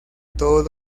todos